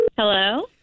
Hello